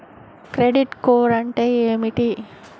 Credit score అంటే ఏమిటి?